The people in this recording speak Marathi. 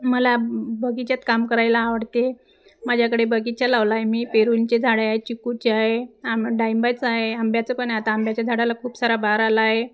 मला बगीचात काम करायला आवडते माझ्याकडे बगीचा लावला आहे मी पेरूंचे झाड आहे चिकूचे आहे आं डाळिंबाचं आहे आंब्याचं पण आता आंब्याच्या झाडाला खूप सारा बहर आला आहे